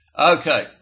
Okay